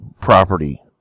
property